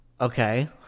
okay